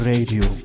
Radio